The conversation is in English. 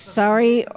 sorry